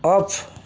off